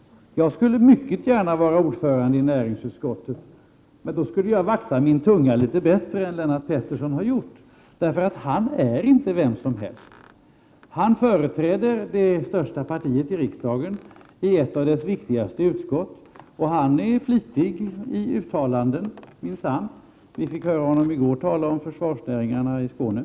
Jag skulle mycket gärna vara ordförande i näringsutskottet, men då skulle jag vakta min tunga litet bättre än Lennart Pettersson har gjort. Han är, som sagt, inte ”vem som helst”. Han företräder det största partiet i riksdagen i ett av de viktigaste utskotten, och han är minsann flitig att göra uttalanden. Vi hörde honom t.ex. i går tala om försvarsnäringarna i Skåne.